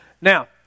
Now